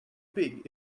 big